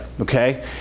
okay